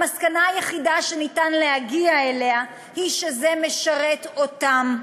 המסקנה היחידה שאפשר להגיע אליה היא שזה משרת אותם,